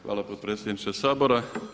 Hvala potpredsjedniče Sabora.